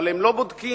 אבל הם לא בודקים,